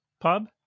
pub